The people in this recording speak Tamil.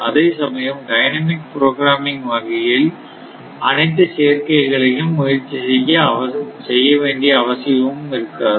அதேசமயம் டைனமிக் புரோகிராமிங் வகையில் அனைத்து சேர்க்கை களையும் முயற்சி செய்ய வேண்டிய அவசியமும் இருக்காது